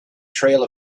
trail